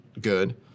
good